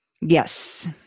Yes